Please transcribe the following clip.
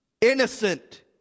innocent